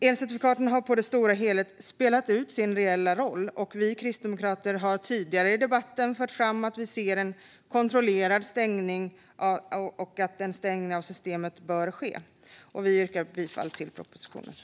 Elcertifikaten har på det stora hela spelat ut sin reella roll, och vi kristdemokrater har tidigare i debatten fört fram att vi anser att en kontrollerad stängning av systemet bör ske. Vi yrkar bifall till utskottets förslag till beslut.